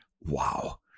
Wow